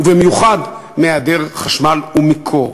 ובמיוחד מהיעדר חשמל ומקור,